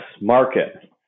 market